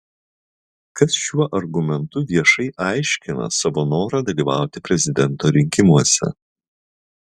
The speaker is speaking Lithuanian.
kas šiuo argumentu viešai aiškina savo norą dalyvauti prezidento rinkimuose